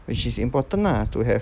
which is important lah to have